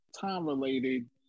time-related